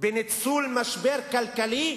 בניצול משבר כלכלי